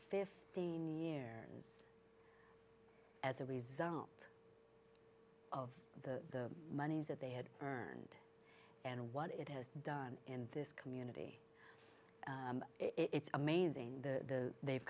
fifteen as a result of the monies that they had earned and what it has done in this community it's amazing the they've